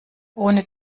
ohne